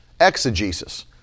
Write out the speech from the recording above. exegesis